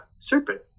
serpent